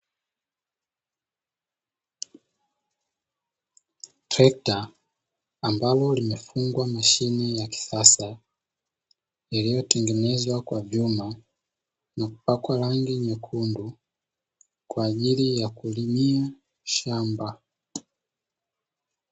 Trekta ambalo limefungwa mashine ya kisasa, iliyotengenezwa kwa vyuma na kupakwa rangi nyekundu kwaajili ya kulimia shamba.